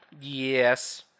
Yes